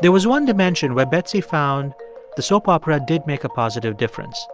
there was one dimension where betsy found the soap opera did make a positive difference